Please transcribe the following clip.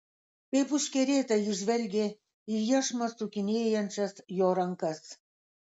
kaip užkerėta ji žvelgė į iešmą sukinėjančias jo rankas